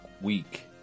week